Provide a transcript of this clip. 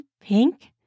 pink